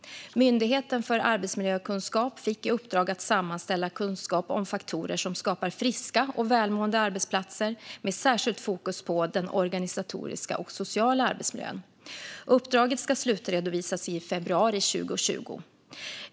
Myndigheten för arbetsmiljökunskap fick i uppdrag att sammanställa kunskap om faktorer som skapar friska och välmående arbetsplatser med särskilt fokus på den organisatoriska och sociala arbetsmiljön. Uppdraget ska slutredovisas i februari 2020.